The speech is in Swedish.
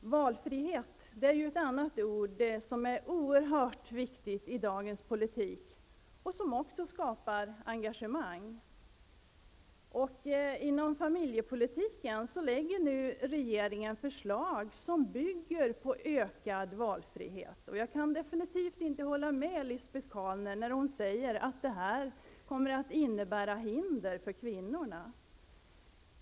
Valfrihet är ett annat ord som är oerhört viktigt i dagens politik och som också skapar engagemang. Inom familjepolitiken lägger regeringen nu fram förslag som bygger på ökad valfrihet. Jag kan definitivt inte hålla med Lisbet Calner när hon säger att det här kommer att innebära hinder för kvinnorna.